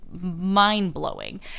mind-blowing